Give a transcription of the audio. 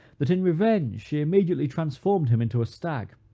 that in revenge she immediately transformed him into a stag,